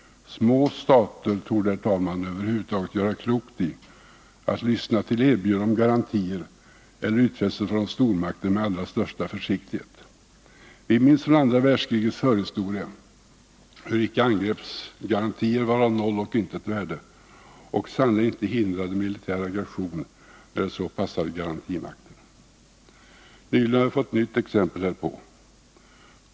Små stater torde, herr talman, över huvud taget göra klokt i att lyssna till erbjudanden om garantier eller utfästelser från stormakter med allra största försiktighet. Vi minns från andra världskrigets förhistoria hur ickeangrepps-garantier var av noll och intet värde, och sannerligen icke hindrade militär aggression när det så passade garantimakten. Nyligen har vi fått ett nytt exempel härpå.